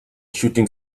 shooting